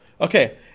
Okay